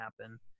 happen